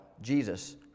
Jesus